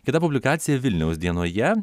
kita publikacija vilniaus dienoje